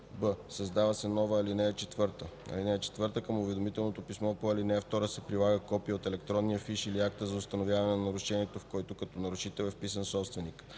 б) създава се нова ал. 4: „(4) Към уведомителното писмо по ал. 2 се прилага копие от електронния фиш или акта за установяване на нарушението, в който като нарушител е вписан собственикът.”;